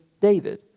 David